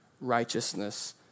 righteousness